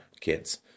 kids